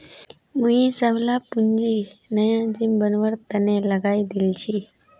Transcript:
मुई सबला पूंजी नया जिम बनवार तने लगइ दील छि